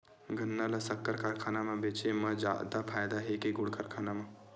गन्ना ल शक्कर कारखाना म बेचे म जादा फ़ायदा हे के गुण कारखाना म?